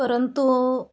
परंतु